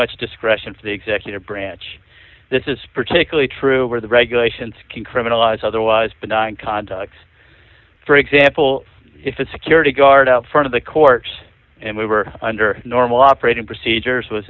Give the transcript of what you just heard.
much discretion for the executive branch this is particularly true where the regulations can criminalize otherwise benign conduct for example if a security guard out front of the courts and we were under normal operating procedures was